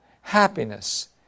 happiness